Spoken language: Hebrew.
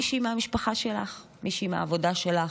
מישהי מהמשפחה שלך, מישהי מהעבודה שלך,